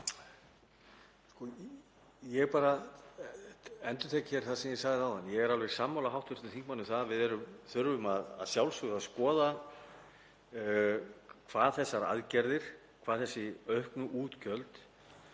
ég er alveg sammála hv. þingmanni um það að við þurfum að sjálfsögðu að skoða hvað þessar aðgerðir og þessi auknu útgjöld